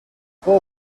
fou